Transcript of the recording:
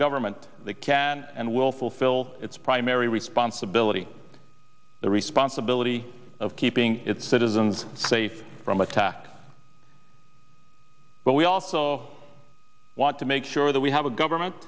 government that can and will fulfill its primary responsibility the responsibility of keeping its citizens safe from attack but we also want to make sure that we have a government